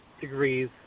degrees